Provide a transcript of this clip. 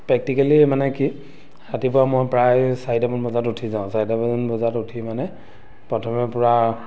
practically মানে কি ৰাতিপুৱা মই প্ৰায় চাৰিটামান বজাত উঠি যাওঁ চাৰিটামান বজাত উঠি মানে প্ৰথমে পূৰা